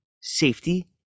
safety